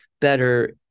better